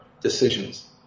decisions